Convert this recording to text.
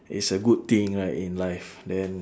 it's a good thing lah in life then